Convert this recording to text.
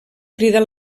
cridar